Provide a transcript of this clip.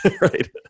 right